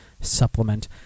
Supplement